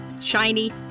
shiny